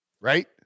Right